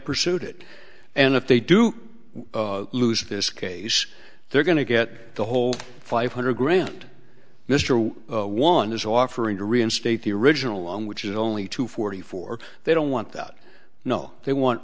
pursued it and if they do lose this case they're going to get the whole five hundred grand mr one is offering to reinstate the original long which is only two forty four they don't want that no they want